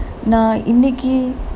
நான் இன்னக்கி:naan innakki